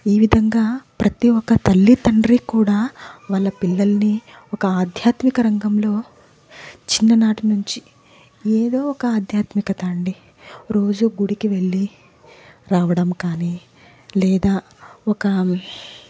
ఈ విధంగా ప్రతి ఒక్క తల్లి తండ్రి కూడా వాళ్ళ పిల్లల్ని ఒక ఆధ్యాత్మిక రంగంలో చిన్ననాటనుంచి ఏదో ఒక ఆధ్యాత్మికత అండి రోజూ గుడికి వెళ్ళి రావడం కానీ లేదా ఒక